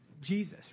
Jesus